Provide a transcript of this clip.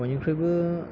बयनिख्रुइबो